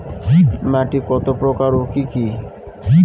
মাটি কতপ্রকার ও কি কী?